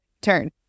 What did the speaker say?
turn